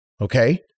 okay